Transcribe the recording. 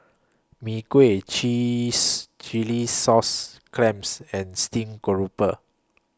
Mee Kuah Chillis Chilli Sauce Clams and Stream Grouper